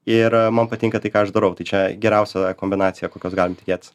ir man patinka tai ką aš darau tai čia geriausia kombinacija kokios galim tikėtis